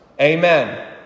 Amen